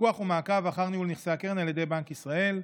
פיקוח ומעקב אחר ניהול נכסי הקרן על ידי בנק ישראל.